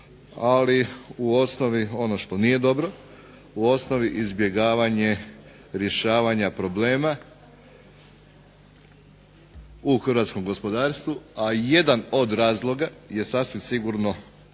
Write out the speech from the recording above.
ali u osnovi ono što nije dobro, u osnovi izbjegavanje rješavanja problema u hrvatskom gospodarstvu, a jedan od razloga je sasvim sigurno